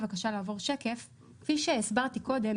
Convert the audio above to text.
כפי שהסברתי קודם,